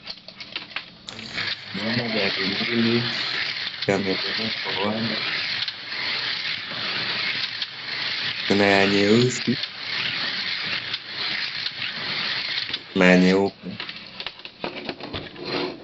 Naona gari mbili, yamepelekwa kwa uwanja. Kuna ya nyeusi na ya nyeupe